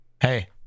Hey